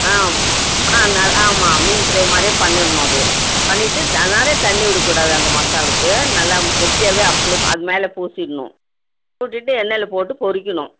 ஆ ஆ ந ஆமாம் மீன் ஃப்ரை மாதிரியே பண்ணிடணும் அது பண்ணிவிட்டு தண்ணி விட கூடாது அந்த மசாலுக்கு நல்லா கெட்டியாகவே அப்ளை அது மேலே பூசிடணும் பூசிவிட்டு எண்ணெயில் போட்டு பொரிக்கணும்